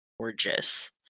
gorgeous